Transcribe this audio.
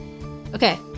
Okay